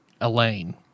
Elaine